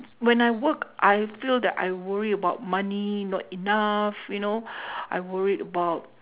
when I work I feel that I worry about money not enough you know I worried about